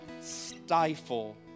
stifle